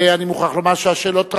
ואני מוכרח לומר שהשאלות רבות.